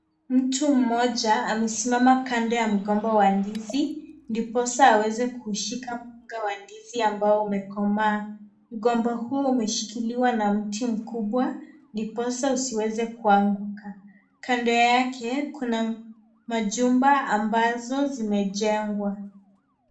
Mtu mmoja amesimaa kando ya mgomba wa ndizi, ndiposa aweze kushuka mkunga wa ndizi ambao umekomaa, mgomba huo, umeshikiliwa na mti mkubwa, ndiposa udiwez kuanguka, kando yake kuna majumba ambazo, zimejengwa.